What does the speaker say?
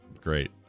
great